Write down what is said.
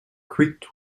creaked